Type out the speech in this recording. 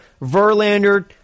Verlander